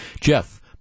Jeff